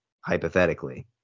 hypothetically